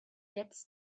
gets